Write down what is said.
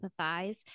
empathize